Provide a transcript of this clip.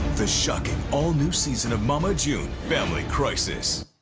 the shocking all-new season of mama june family crisis.